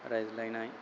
रायज्लायनाय